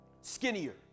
skinnier